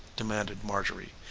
demanded marjorie.